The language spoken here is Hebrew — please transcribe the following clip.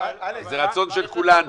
זה רצון של כולנו